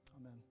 Amen